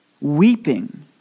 weeping